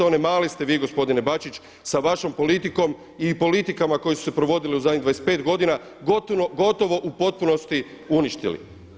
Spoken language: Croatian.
Onaj mali ste vi gospodine Bačić sa vašom politikom i politikama koje su se provodile u zadnjih 25 godina gotovo u potpunosti uništili.